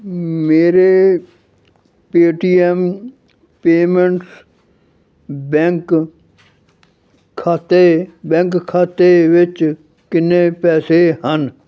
ਮੇਰੇ Paytm payments bank ਖਾਤੇ bank ਖਾਤੇ ਵਿੱਚ ਕਿੰਨੇ ਪੈਸੇ ਹਨ